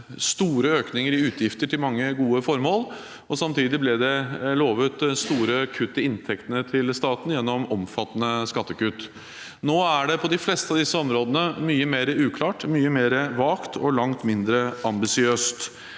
store økninger i utgifter til mange gode formål. Samtidig ble det lovet store kutt i inntektene til staten gjennom omfattende skattekutt. Nå er det på de fleste av disse områdene mye mer uklart, mye mer vagt og langt mindre ambisiøst.